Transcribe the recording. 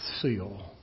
seal